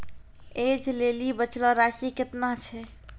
ऐज लेली बचलो राशि केतना छै?